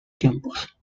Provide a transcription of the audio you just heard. tiempos